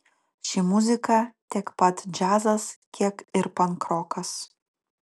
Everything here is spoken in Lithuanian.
ši muzika tiek pat džiazas kiek ir pankrokas